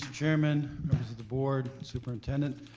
chairman, members of the board, superintendent.